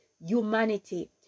humanity